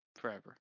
Forever